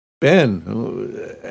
Ben